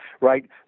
right